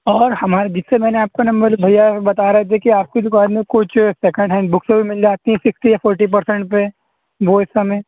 اور ہمارے جس سے میں نے آپ کا نمبر بھیا ہیں وہ بتا رہے تھے کہ آپ کی دُکان میں کچھ سیکنڈ ہینڈ بک بھی مِل جاتی ہیں سکسٹی یا فورٹی پرسینٹ پہ وہ اِس سمے